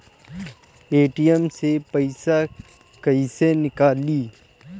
ATM से पइसा कइसे निकली?